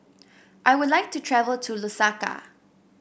I would like to travel to Lusaka